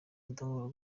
ubudahangarwa